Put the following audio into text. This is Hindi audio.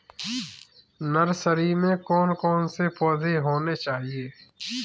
नर्सरी में कौन कौन से पौधे होने चाहिए?